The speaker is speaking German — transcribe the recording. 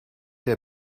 der